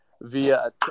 via